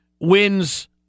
wins